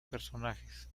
personajes